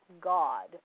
God